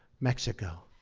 mexico.